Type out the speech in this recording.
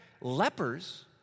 lepers